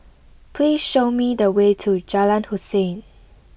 please show me the way to Jalan Hussein